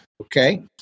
Okay